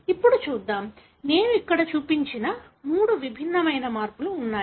ఇప్పుడు చూద్దాం నేను ఇక్కడ చూపించిన మూడు విభిన్న మార్పులు ఉన్నాయి